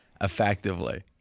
effectively